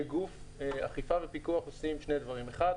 כגוף אכיפה ופיקוח עושים שני דברים האחד,